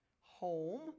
home